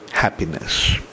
Happiness